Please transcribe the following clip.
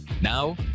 Now